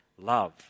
love